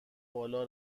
بالا